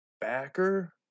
backer